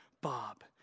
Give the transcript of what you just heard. Bob